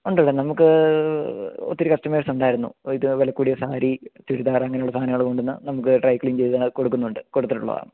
ഉണ്ടല്ലോ നമുക്ക് ഒത്തിരി കസ്റ്റമേഴ്സ് ഉണ്ടായിരുന്നു ഓ ഇത് വിലകൂടിയ സാരി ചുരിദാര് അങ്ങനെയുള്ള സാധനങ്ങള് കൊണ്ട് വന്നു നമുക്ക് ഡ്രൈ ക്ലീന് ചെയ്ത് കൊടുക്കുന്നുണ്ട് കൊടുത്തിട്ടുള്ളതാണ്